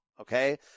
Okay